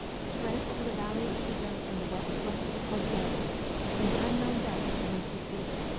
spread over the valley of quito and the west slope of the cordilleras to an unknown depth beneath the sea.